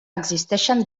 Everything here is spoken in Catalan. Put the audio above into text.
existeixen